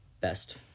best